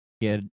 get